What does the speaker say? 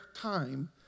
time